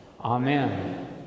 Amen